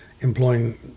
employing